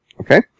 Okay